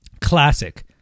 Classic